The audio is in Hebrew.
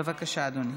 בבקשה, אדוני.